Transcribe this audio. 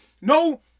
No